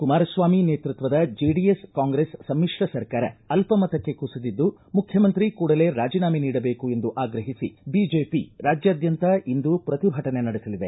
ಕುಮಾರಸ್ವಾಮಿ ನೇತೃತ್ವದ ಜೆಡಿಎಸ್ ಕಾಂಗ್ರೆಸ್ ಸಮ್ಮಿಶ್ರ ಸರ್ಕಾರ ಅಲ್ಪಮತಕ್ಕೆ ಕುಸಿದಿದ್ದು ಮುಖ್ಯಮಂತ್ರಿ ಕೂಡಲೇ ರಾಜಿನಾಮೆ ನೀಡಬೇಕು ಎಂದು ಆಗ್ರಹಿಸಿ ಬಿಜೆಪಿ ರಾಜ್ಯಾದ್ಯಂತ ಇಂದು ಪ್ರತಿಭಟನೆ ನಡೆಸಲಿದೆ